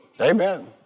Amen